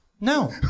No